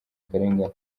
akarengane